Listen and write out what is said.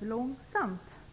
långsamt.